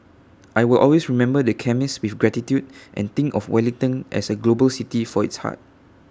I will always remember the chemist with gratitude and think of Wellington as A global city for its heart